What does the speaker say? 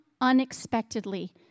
unexpectedly